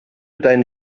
deinen